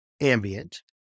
ambient